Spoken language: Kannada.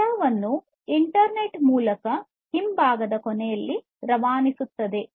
ಡೇಟಾವನ್ನು ಇಂಟರ್ನೆಟ್ ಮೂಲಕ ಬ್ಯಾಕೆಂಡ್ ಗೆ ಕಳಿಸುತ್ತದೆ